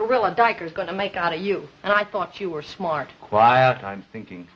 gorilla dyke is going to make out you and i thought you were smart quiet i'm thinking